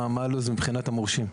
מה הלו"ז מבחינת המורשים.